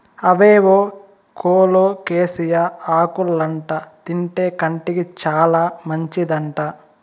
అవేవో కోలోకేసియా ఆకులంట తింటే కంటికి చాలా మంచిదంట